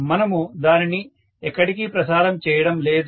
మనము దానిని ఎక్కడికి ప్రసారం చేయటం లేదు